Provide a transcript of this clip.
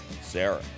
Sarah